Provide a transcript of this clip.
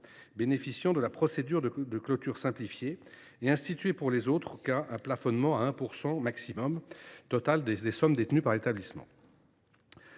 bénéficiant de la procédure de clôture simplifiée et instituaient, pour les autres cas, un plafonnement à 1 % du montant total des sommes détenues par l’établissement.